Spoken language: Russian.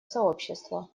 сообщества